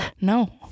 No